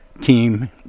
team